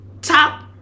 Top